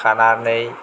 खानानै